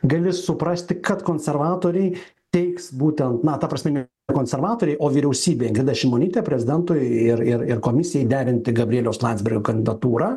gali suprasti kad konservatoriai teiks būtent na ta prasme ne konservatoriai o vyriausybė ingrida šimonytė prezidentui ir ir ir komisijai derinti gabrieliaus landsbergio kandidatūrą